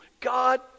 God